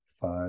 five